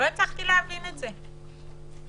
ואני